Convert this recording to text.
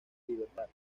libertad